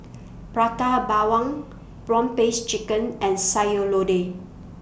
Prata Bawang Prawn Paste Chicken and Sayur Lodeh